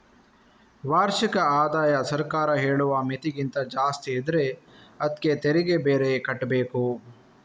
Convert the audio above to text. ವಾರ್ಷಿಕ ಆದಾಯ ಸರ್ಕಾರ ಹೇಳುವ ಮಿತಿಗಿಂತ ಜಾಸ್ತಿ ಇದ್ರೆ ಅದ್ಕೆ ತೆರಿಗೆ ಬೇರೆ ಕಟ್ಬೇಕು